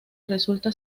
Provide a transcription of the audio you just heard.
resulta